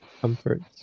comforts